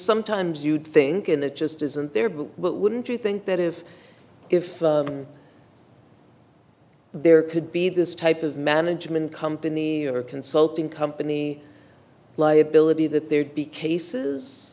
sometimes you think and it just isn't there but wouldn't you think that if if there could be this type of management company or consulting company liability that there could be cases